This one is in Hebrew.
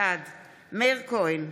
בעד מאיר כהן,